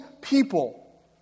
people